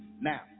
Now